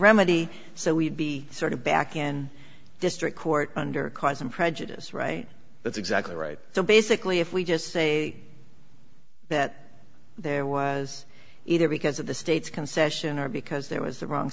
remedy so we'd be sort of back in district court under cause and prejudice right that's exactly right so basically if we just say that there was either because of the state's concession or because there was the wrong